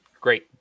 great